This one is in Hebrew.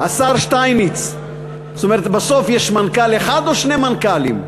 השר שטייניץ, בסוף יש מנכ"ל אחד או שני מנכ"לים?